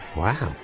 wow.